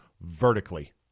vertically